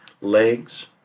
legs